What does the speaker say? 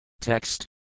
Text